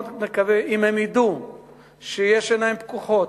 אם הם ידעו שיש עיניים פקוחות,